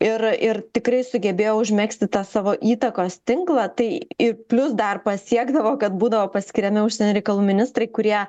ir ir tikrai sugebėjo užmegzti tą savo įtakos tinklą tai ir plius dar pasiekdavo kad būdavo paskiriami užsienio reikalų ministrai kurie